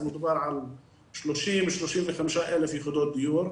אז מדובר על 35,000-30,000 יחידות דיור,